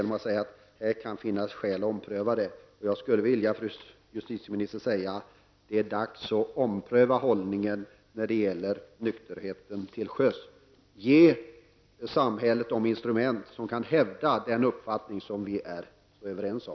Man säger att det finns skäl att ompröva den. Jag skulle vilja att justitieministern sade att det är dags att ompröva hållningen när det gäller nykterhet till sjöss. Ge samhället de instrument som kan hävda den uppfattning som vi är överens om.